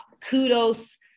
kudos